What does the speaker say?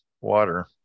water